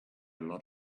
lot